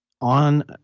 on